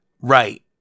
right